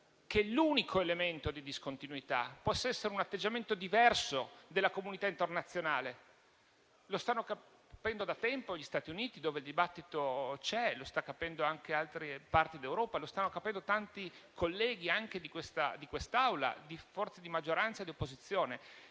che l'unico elemento di discontinuità possa essere un atteggiamento diverso della comunità internazionale. Lo stanno capendo da tempo gli Stati Uniti, dove il dibattito c'è, e lo stanno capendo anche in altre parti d'Europa; lo stanno capendo tanti colleghi anche di quest'Aula, delle forze di maggioranza e di opposizione.